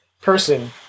person